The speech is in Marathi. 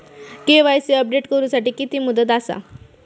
के.वाय.सी अपडेट करू साठी किती मुदत आसा?